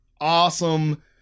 awesome